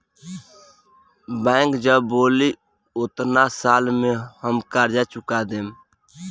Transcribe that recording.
bank जब बोली ओतना साल में हम कर्जा चूका देम